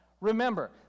Remember